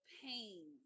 pain